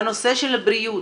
בנושא של בריאות,